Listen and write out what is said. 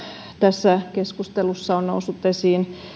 tässä keskustelussa on noussut esiin